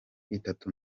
itatu